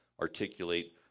articulate